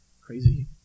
crazy